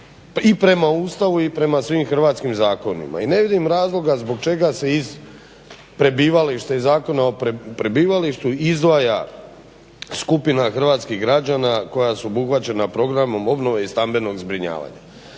i prema Ustavu i prema svim hrvatskim zakonima. I ne vidim razloga zbog čega se iz prebivališta, iz Zakona o prebivalištu izdvaja skupina hrvatskih građana koja su obuhvaćena programom obnove i stambenog zbrinjavanja.